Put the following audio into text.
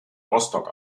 rostock